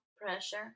pressure